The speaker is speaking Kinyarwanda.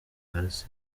hasi